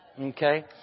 Okay